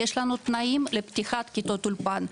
יש לנו תנאים לפתיחת כיתות אולפן,